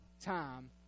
time